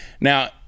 now